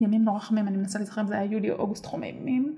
ימים נורא חמים, אני מנסה להיזכר אם זה היה יולי או אוגוסט, חום אימים